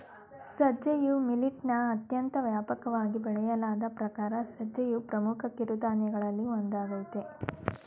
ಸಜ್ಜೆಯು ಮಿಲಿಟ್ನ ಅತ್ಯಂತ ವ್ಯಾಪಕವಾಗಿ ಬೆಳೆಯಲಾದ ಪ್ರಕಾರ ಸಜ್ಜೆಯು ಪ್ರಮುಖ ಕಿರುಧಾನ್ಯಗಳಲ್ಲಿ ಒಂದಾಗಯ್ತೆ